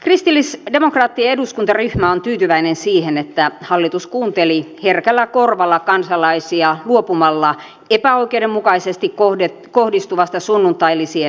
kristillisdemokraattien eduskuntaryhmä on tyytyväinen siihen että hallitus kuunteli herkällä korvalla kansalaisia luopumalla epäoikeudenmukaisesti kohdistuvasta sunnuntailisien leikkaamisesta